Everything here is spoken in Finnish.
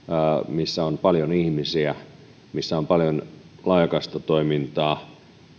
missä on paljon ihmisiä ja paljon laajakaistatoimintaa